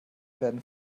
werden